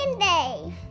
Day